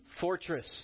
fortress